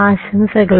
ആശംസകൾ